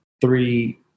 three